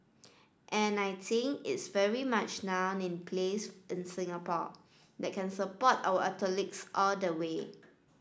and I think it's very much now in place in Singapore that can support our athletes all the way